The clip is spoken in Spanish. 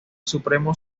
supremo